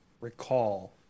recall